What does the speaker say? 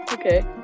Okay